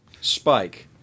Spike